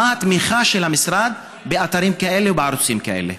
מה התמיכה של המשרד באתרים כאלה ובערוצים כאלה?